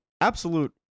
absolute